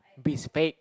big spade